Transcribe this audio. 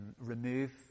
remove